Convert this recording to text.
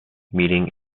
meeting